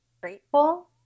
grateful